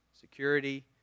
security